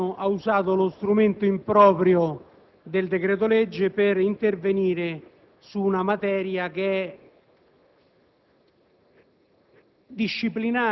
Purtroppo, il Governo ha usato lo strumento improprio del decreto-legge per intervenire su una materia